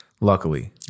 Luckily